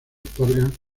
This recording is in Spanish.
otorgan